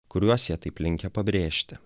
kuriuos jie taip linkę pabrėžti